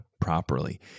properly